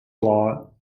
law